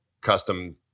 custom